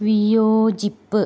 വിയോജിപ്പ്